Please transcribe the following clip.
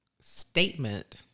statement